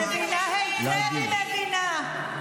אם היית מבינה, אני מבינה היטב.